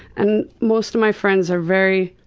and most of my friends are very,